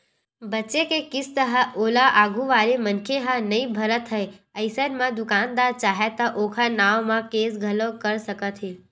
बचें के किस्त हे ओला आघू वाले मनखे ह नइ भरत हे अइसन म दुकानदार चाहय त ओखर नांव म केस घलोक कर सकत हे